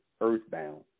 earthbound